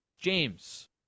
James